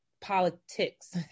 politics